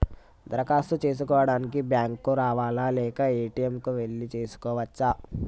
దరఖాస్తు చేసుకోవడానికి బ్యాంక్ కు రావాలా లేక ఏ.టి.ఎమ్ కు వెళ్లి చేసుకోవచ్చా?